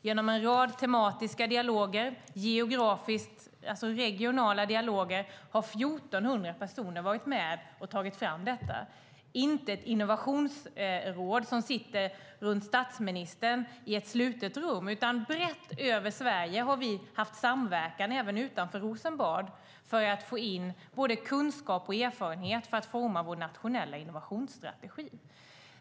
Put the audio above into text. Genom en rad tematiska och regionala dialoger har 1 400 personer varit med och tagit fram detta. Det har inte skett med ett innovationsråd som sitter runt statsministern i ett slutet rum, utan vi har haft samverkan brett över Sverige även utanför Rosenbad för att få in kunskap och erfarenhet för att forma vår nationella innovationsstrategi.